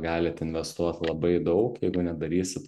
galit investuot labai daug jeigu nedarysit